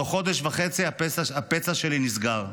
תוך חודש וחצי הפצע שלי נסגר.